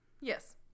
yes